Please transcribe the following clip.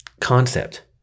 concept